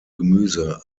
gemüse